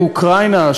באוקראינה,